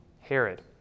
Herod